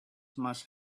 must